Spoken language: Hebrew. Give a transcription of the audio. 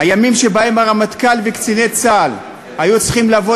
הימים שבהם הרמטכ"ל וקציני צה"ל היו צריכים לבוא